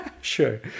Sure